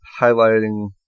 highlighting